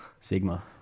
Sigma